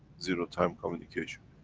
zero-time communication.